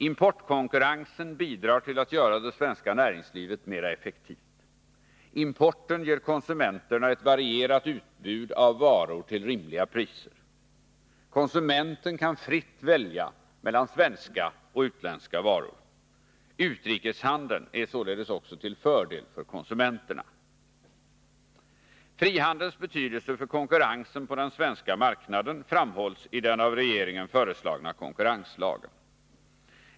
Importkonkurrensen bidrar till att göra det svenska näringslivet mera effektivt. Importen ger konsumenterna ett varierat utbud av varor till rimliga priser. Konsumenten kan fritt välja mellan svenska och utländska varor. Utrikeshandeln är således också till fördel för konsumenterna. Frihandelns betydelse för konkurrensen på den svenska marknaden framhålls i den av regeringen föreslagna konkurrenslagen.